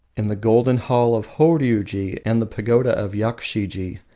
in the golden hall of horiuji and the pagoda of yakushiji,